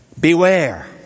Beware